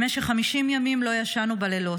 במשך 50 ימים לא ישנו בלילות.